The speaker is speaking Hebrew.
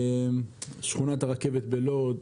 שכונת הרכבת בלוד,